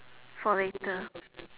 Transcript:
for later